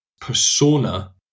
persona